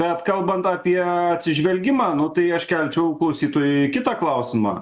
bet kalbant apie atsižvelgimą nu tai aš kelčiau klausytojui kitą klausimą